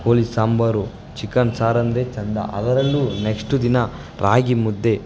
ಕೋಳಿ ಸಾಂಬಾರು ಚಿಕನ್ ಸಾರು ಅಂದರೆ ಚಂದ ಅದರಲ್ಲೂ ನೆಕ್ಶ್ಟ್ ದಿನ ರಾಗಿ ಮುದ್ದೆ